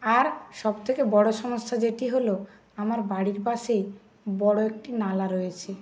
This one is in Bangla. আর সবথেকে বড় সমস্যা যেটি হলো আমার বাড়ির পাশেই বড় একটি নালা রয়েছে